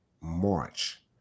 March